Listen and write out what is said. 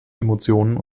emotionen